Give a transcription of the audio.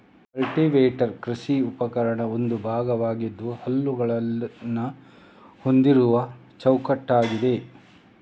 cultivator ಕೃಷಿ ಉಪಕರಣಗಳ ಒಂದು ಭಾಗವಾಗಿದ್ದು ಹಲ್ಲುಗಳನ್ನ ಹೊಂದಿರುವ ಚೌಕಟ್ಟಾಗಿದೆ